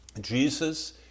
Jesus